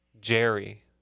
jerry